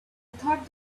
thought